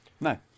No